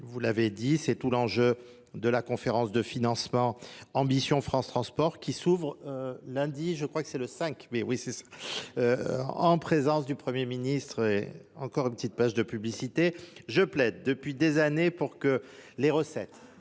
Vous l'avez dit, c'est tout l'enjeu de la conférence de financement Ambition France Transport qui s'ouvre lundi, je crois que c'est le 5, en présence du Premier Ministre et encore une petite page de publicité. Je plaide depuis des années pour que les recettes